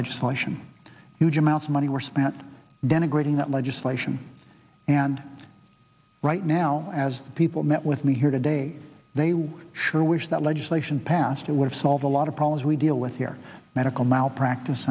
legislation huge amounts of money were spent denigrating that legislation and right now as people met with me here today they were sure wish that legislation passed it would solve a lot of problems we deal with here medical malpracti